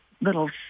little